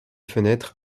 fenêtres